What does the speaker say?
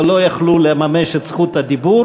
הם לא היו יכולים לממש את זכות הדיבור,